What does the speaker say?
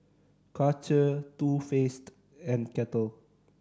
Karcher Too Faced and Kettle